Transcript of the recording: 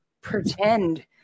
pretend